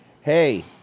hey